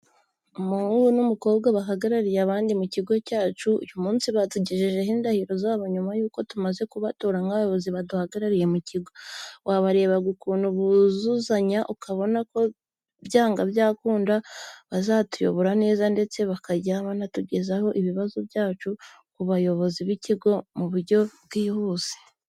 Umuhungu n'umukobwa bahagarariye abandi mu kigo cyacu, uyu munsi batugejejeho indahiro zabo nyuma yuko tumaze kubatora nk'abayobozi baduhagarariye mu kigo. Wabarebaga ukuntu buzuzanya ukabona ko byanga byakunda bazatuyobora neza ndetse bakajya batugereza ibibazo byacu ku bayobozi b'ikigo mu buryo bwihuse.